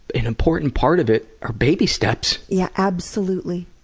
an important part of it, are baby steps! yeah, absolutely.